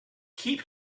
keep